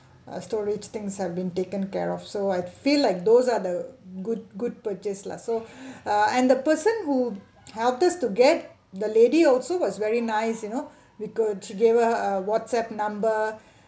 ah storage things have been taken care of so I feel like those are the good good purchase lah so err and the person who help us to get the lady also was very nice you know we got to give her ah whatsapp number